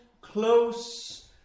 close